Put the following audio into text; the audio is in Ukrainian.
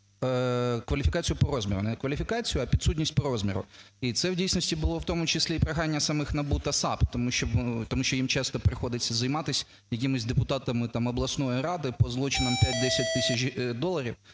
кваліфікацію по розміру, не кваліфікацію, а підсудність по розміру. І це в дійсності було в тому числі і прохання самих НАБУ та САП, тому що їм часто приходиться займатись якимись депутатами, там, обласної ради, по злочинам 5-10 тисяч доларів,